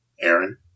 Aaron